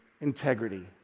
integrity